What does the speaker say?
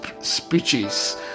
speeches